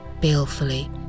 Balefully